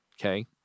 okay